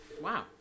Wow